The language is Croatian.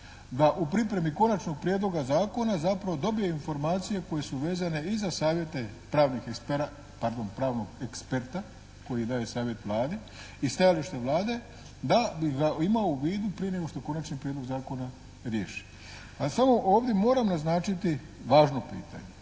da u pripremi konačnog prijedloga zakona zapravo dobije informacije koje su vezane i za savjete pravnih eksperata, pardon, pravnog eksperta koji daje savjet Vladi i stajalište Vladi da bi imao u vidu prije nego što konačni prijedlog zakona riješi. A samo ovdje moram naznačiti važno pitanje.